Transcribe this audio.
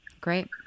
Great